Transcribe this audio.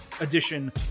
edition